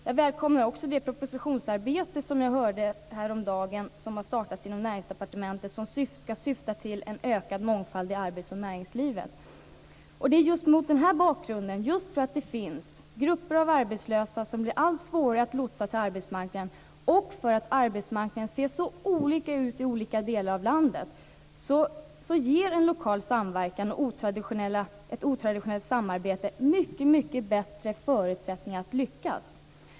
Jag välkomnar också det arbete med propositioner som har startat inom Näringsdepartementet som skall syfta till en ökad mångfald i arbets och näringslivet. Det är just för att det finns grupper av arbetslösa som blir allt svårare att lotsa ut på arbetsmarknaden, och för att arbetsmarknaden ser så olika ut i olika delar av landet, som en lokal samverkan och ett otraditionellt samarbete ger bättre förutsättningar att lyckas.